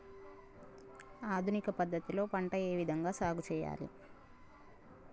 ఆధునిక పద్ధతి లో పంట ఏ విధంగా సాగు చేయాలి?